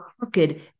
crooked